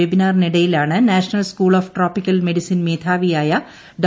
വെബിനാറിനിടയിലാണ് national school of tropical medicine മേധാവിയായ ഡോ